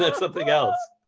like something else?